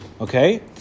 okay